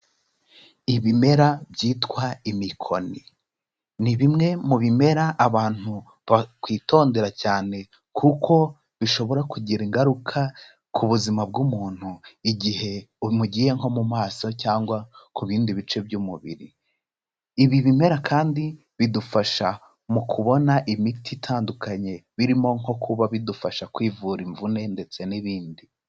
Ibimera byitwa imikoni ni bimwe mu bimera abantu bakwitondera cyane kuko bishobora kugira ingaruka ku buzima bw'umuntu igihe umugiye nko mu maso cyangwa ku bindi bice by'umubiri. Ibi bimera kandi bidufasha mu kubona imiti itandukanye, birimo nko kuba bidufasha kwivura imvune ndetse n'ibindi.